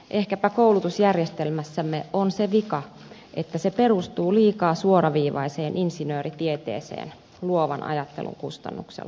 ehkäpä koulutusjärjestelmässämme on se vika että se perustuu liikaa suoraviivaiseen insinööritieteeseen luovan ajattelun kustannuksella